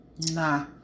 nah